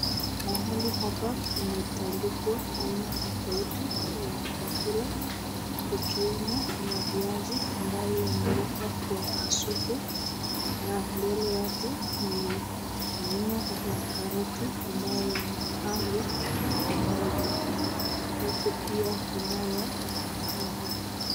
Mahali hapa kumetandiwa aina tofauti ya chakula, Kukiwemo na viazi ambayo yamewekwa kwa Kasuku na mbele yake ni aina ya karoti ambayo yamepangwa pamoja. Huku pia kunao ova.